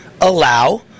allow